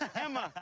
emma,